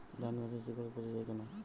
ধানগাছের শিকড় পচে য়ায় কেন?